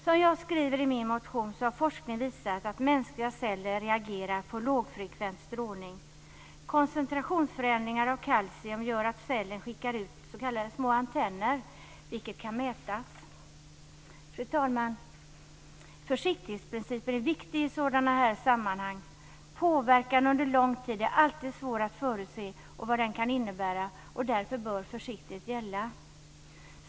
Som jag skriver i min motion har forskning visat att mänskliga celler reagerar på lågfrekvent strålning. Koncentrationsförändringar av kalcium gör att cellen skickar ut små s.k. antenner, vilket kan mätas. Fru talman! Försiktighetsprincipen är viktig i sådana här sammanhang. Påverkan under lång tid och vad det kan innebära är alltid svårt att förutse. Därför bör försiktighet gälla.